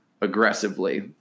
aggressively